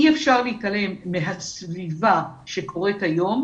אי אפשר להתעלם מהסביבה שקורית היום